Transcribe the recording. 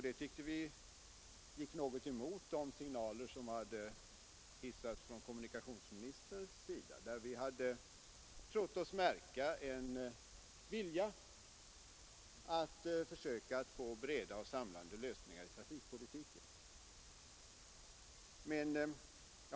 Det tyckte vi gick något emot de signaler som hade hissats från kommunikationsministerns sida, där vi hade trott oss märka en vilja att försöka få breda och samlande lösningar i trafikpolitiken.